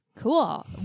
Cool